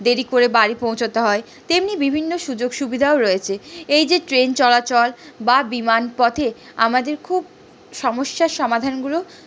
দেরি করে বাড়ি পৌঁছোতে হয় তেমনি বিভিন্ন সুযোগ সুবিধাও রয়েছে এই যে ট্রেন চলাচল বা বিমান পথে আমাদের খুব সমস্যার সমাধানগুলো